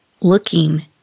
looking